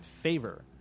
favor